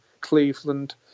Cleveland